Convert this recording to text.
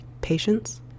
Patience